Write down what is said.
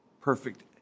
perfect